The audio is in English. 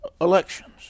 elections